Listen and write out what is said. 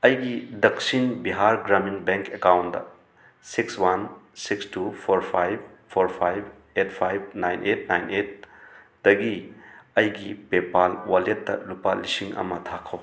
ꯑꯩꯒꯤ ꯗꯛꯁꯤꯟ ꯕꯤꯍꯥꯔ ꯒ꯭ꯔꯥꯃꯤꯟ ꯕꯦꯡ ꯑꯦꯀꯥꯎꯟꯗ six one six two four five four five eight five nine eight nine eight ꯇꯒꯤ ꯑꯩꯒꯤ PayPal ꯋꯥꯂꯦꯠꯇ ꯂꯨꯄꯥ ꯂꯤꯁꯤꯡ ꯑꯃ ꯊꯥꯈꯣ